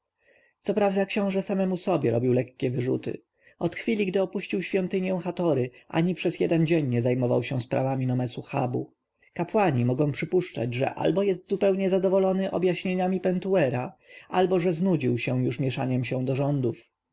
coprawda książę samemu sobie robił lekkie wyrzuty od chwili gdy opuścił świątynię hatory ani przez jeden dzień nie zajmował się sprawami nomesu habu kapłani mogą przypuszczać że albo jest zupełnie zadowolony objaśnieniami pentuera albo że znudził się już mieszaniem do rządów